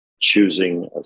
choosing